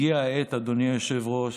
הגיעה העת, אדוני היושב-ראש,